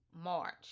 March